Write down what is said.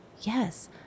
Yes